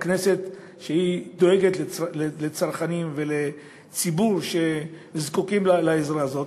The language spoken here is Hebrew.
שהכנסת דואגת לצרכנים ולציבור שזקוקים לעזרה הזאת,